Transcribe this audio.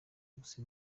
gusa